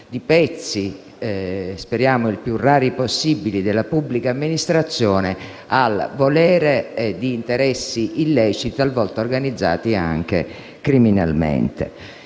di pezzi - speriamo il più possibilmente rari - della pubblica amministrazione al volere di interessi illeciti, talvolta organizzati anche criminalmente.